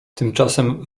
tymczasem